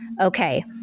okay